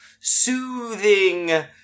soothing